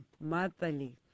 motherly